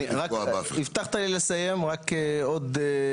הבטחת לי לסיים, רק עוד.